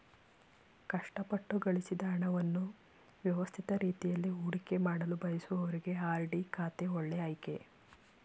ಕಷ್ಟಪಟ್ಟು ಗಳಿಸಿದ ಹಣವನ್ನು ವ್ಯವಸ್ಥಿತ ರೀತಿಯಲ್ಲಿ ಹೂಡಿಕೆಮಾಡಲು ಬಯಸುವವರಿಗೆ ಆರ್.ಡಿ ಖಾತೆ ಒಳ್ಳೆ ಆಯ್ಕೆ